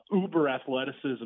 uber-athleticism